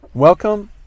Welcome